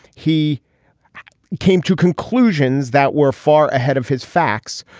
he came to conclusions that were far ahead of his facts.